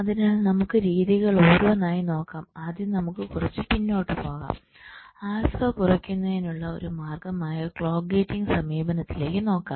അതിനാൽ നമുക്ക് രീതികൾ ഓരോന്നായി നോക്കാം ആദ്യം നമുക്ക് കുറച്ച് പിന്നോട്ട് പോകാം ആൽഫ കുറയ്ക്കുന്നതിനുള്ള ഒരു മാർഗമായ ക്ലോക്ക് ഗേറ്റിംഗ് സമീപനത്തിലേക്ക് നോക്കാം